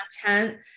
content